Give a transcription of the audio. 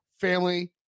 family